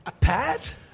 Pat